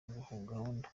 gahunda